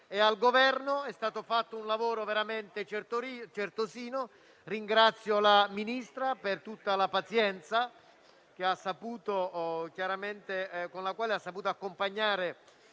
al Governo. È stato fatto un lavoro veramente certosino. Ringrazio la Ministra per la pazienza con la quale ha saputo accompagnare